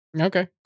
Okay